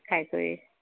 খাই কৰি আহিছোঁ